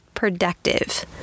productive